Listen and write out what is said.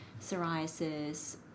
psoriasis